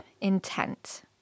intent